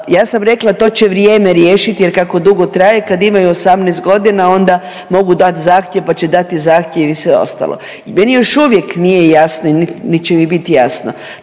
Ja sam rekla to će vrijeme riješiti, jer kako dugo traje kad imaju 18 godina onda mogu dat zahtjev, pa će dati zahtjev i sve ostalo. Meni još uvijek nije jasno niti će mi biti jasno.